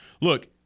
Look